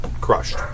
crushed